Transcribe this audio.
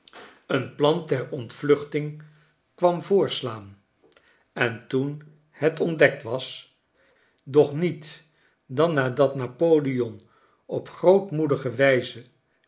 een plan ter ontvluchting kwam voorslaan en toen het ontdekt was doch niet dan nadat napoleon op grootmoedige wijze